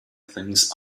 things